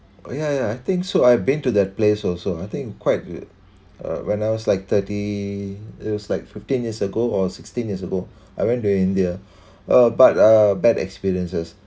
ya yeah I think so I have been to that place also I think quite good uh when I was like thirty it was like fifteen years ago or sixteen years ago I went to india uh but uh bad experiences